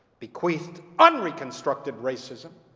bequeathed unreconstructed racism,